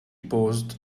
paused